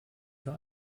für